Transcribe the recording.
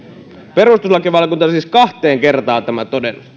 perustuslakivaliokunta on siis kahteen kertaan tämän todennut